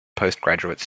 postgraduate